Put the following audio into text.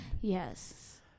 Yes